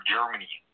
Germany